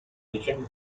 decenni